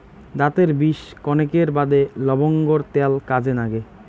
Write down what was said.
দাতের বিষ কণেকের বাদে লবঙ্গর ত্যাল কাজে নাগে